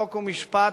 חוק ומשפט,